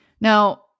Now